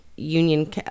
union